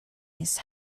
his